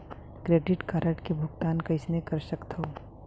Credit card के भुगतान कईसने कर सकथो?